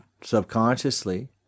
subconsciously